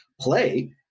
play